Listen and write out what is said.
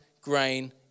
grain